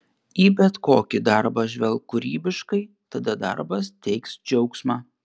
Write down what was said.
į bet kokį darbą žvelk kūrybiškai tada darbas teiks džiaugsmą